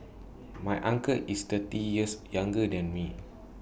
my uncle is thirty years younger than me